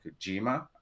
Kojima